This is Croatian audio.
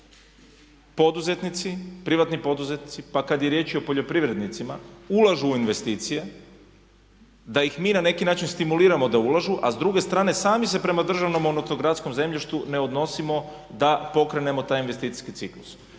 poduzetnici, privatni poduzetnici, pa kad je riječ i o poljoprivrednicima ulažu u investicije, da ih mi na neki način stimuliramo da ulažu a s druge strane sami se prema državnom monotogradskom zemljištu ne odnosimo da pokrenemo taj investicijski ciklus.